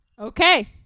okay